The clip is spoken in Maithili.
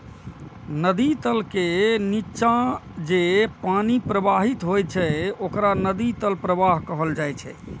नदी तल के निच्चा जे पानि प्रवाहित होइत छैक ओकरा नदी तल प्रवाह कहल जाइ छै